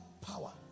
power